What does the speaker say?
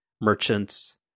merchants